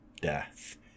death